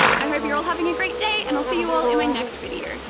i hope you're all having a great day and i'll see you all in my next video.